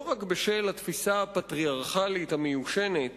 לא רק בשל התפיסה הפטריארכלית המיושנת